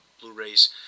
Blu-rays